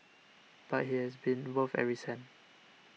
but it has been worth every cent